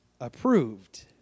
approved